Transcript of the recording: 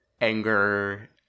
anger